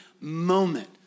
moment